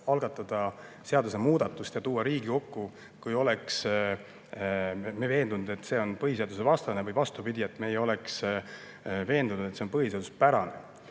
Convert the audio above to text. algatada seadusemuudatust ja tuua selle Riigikokku, kui me oleksime veendunud, et see on põhiseadusevastane, või tegelikult vastupidi, kui me ei oleks veendunud, et see on põhiseaduspärane.